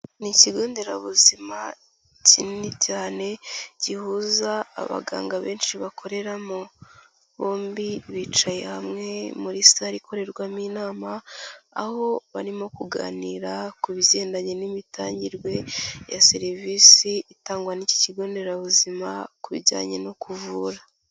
Ni ikigonderabuzima kinini cyane gihuza abaganga benshi bakoreramo bombi bicaye hamwe muri sale ikorerwamo inama, aho barimo kuganira ku bigendanye n'imitangirerwe ya serivisi itangwa n'iki kigonderabuzima ku bijyanye no kuvura.